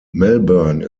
melbourne